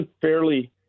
fairly